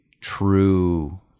true